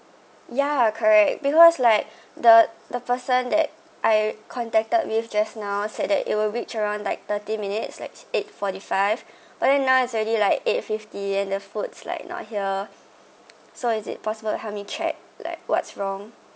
yeah correct because like the the person that I contacted with just now said that it will reach around like thirty minutes like eight forty five but then now it's already like eight fifty and the foods like not here so is it possible to help me check like what's wrong